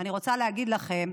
אני רוצה להגיד לכם